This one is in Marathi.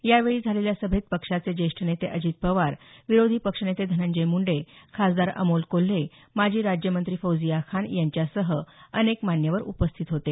यावेळी झालेल्या सभेत पक्षाचे ज्येष्ठ नेते अजित पवार विरोधी पक्षनेते धनंजय मुंडे खासदार अमोल कोल्हे माजी राज्यमंत्री फौजिया खान यांच्यासह अनेक मान्यवर उपस्थित होते